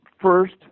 first